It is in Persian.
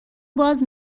باز